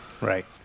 Right